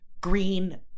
green